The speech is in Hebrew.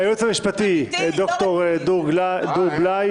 היועץ המשפטי, ד"ר גור בליי